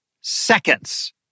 seconds